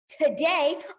Today